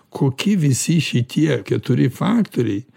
koki visi šitie keturi faktoriai